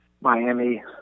Miami